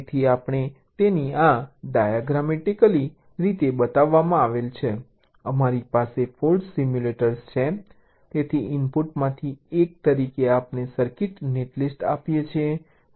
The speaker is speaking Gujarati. તેથી આપણે તેને આ ડાયાગ્રામમેટિકલી રીતે બતાવીએ છીએ અમારી પાસે ફોલ્ટ સિમ્યુલેટર છે તેથી ઇનપુટમાંથી એક તરીકે આપણે સર્કિટ નેટલિસ્ટ આપીએ છીએ